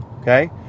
okay